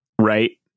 right